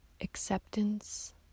acceptance